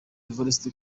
evariste